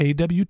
AWT